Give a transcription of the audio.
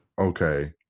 okay